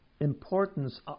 importance